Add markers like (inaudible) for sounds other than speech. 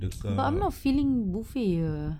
(noise) but I'm not feeling buffet ah